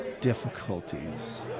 difficulties